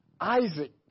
Isaac